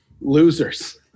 losers